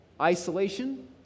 isolation